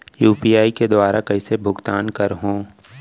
UPI के दुवारा कइसे भुगतान करहों?